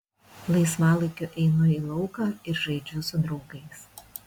laisvalaikiu einu į lauką ir žaidžiu su draugais